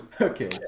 Okay